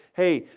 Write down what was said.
hey,